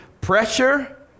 Pressure